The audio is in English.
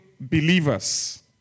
believers